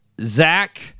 Zach